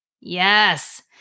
Yes